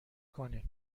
کنین